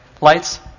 Lights